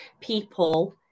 people